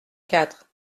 quatre